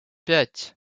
пять